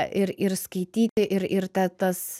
ir ir skaityti ir ir ta tas